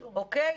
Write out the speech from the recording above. אוקיי?